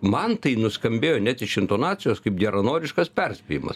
man tai nuskambėjo net iš intonacijos kaip geranoriškas perspėjimas